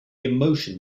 emotion